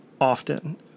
often